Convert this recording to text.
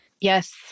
Yes